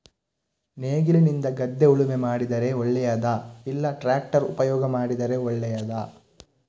ನೇಗಿಲಿನಿಂದ ಗದ್ದೆ ಉಳುಮೆ ಮಾಡಿದರೆ ಒಳ್ಳೆಯದಾ ಇಲ್ಲ ಟ್ರ್ಯಾಕ್ಟರ್ ಉಪಯೋಗ ಮಾಡಿದರೆ ಒಳ್ಳೆಯದಾ?